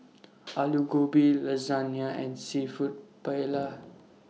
Alu Gobi Lasagna and Seafood Paella